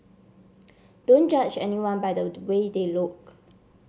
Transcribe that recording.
don't judge anyone by the way they look